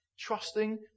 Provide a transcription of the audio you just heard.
Trusting